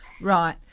Right